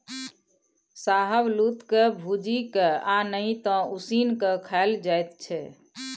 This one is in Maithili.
शाहबलुत के भूजि केँ आ नहि तए उसीन के खाएल जाइ छै